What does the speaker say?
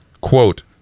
quote